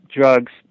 drugs